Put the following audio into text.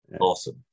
awesome